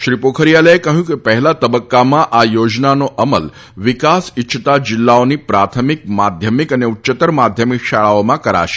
શ્રી પોખરીયાલે કહ્યું કે પહેલા તબક્કામાં આ યોજનાનો અમલ વિકાસ ઈચ્છતા જિલ્લાઓની પ્રાથમિક માધ્યમિક અને ઉચ્યત્તર માધ્યમિક શાળાઓમાં કરાશે